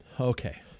Okay